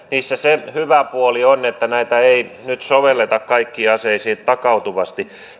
on se hyvä puoli että näitä ei nyt sovelleta kaikkiin aseisiin takautuvasti